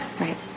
Right